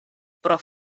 pro